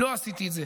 לא עשיתי את זה.